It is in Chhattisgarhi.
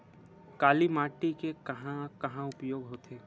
काली माटी के कहां कहा उपयोग होथे?